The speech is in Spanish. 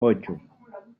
ocho